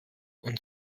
und